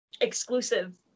exclusive